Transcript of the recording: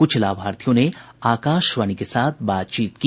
कुछ लाभार्थियों ने आकाशवाणी के साथ बातचीत की